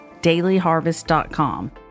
Dailyharvest.com